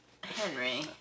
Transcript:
Henry